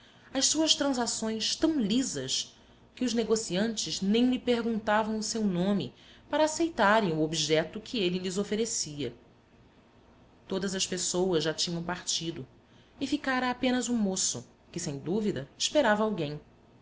as suas transações tão lisas que os negociantes nem lhe perguntavam o seu nome para aceitarem o objeto que ele lhes oferecia todas as pessoas já tinham partido e ficara apenas o moço que sem dúvida esperava alguém